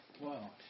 Wow